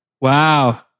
Wow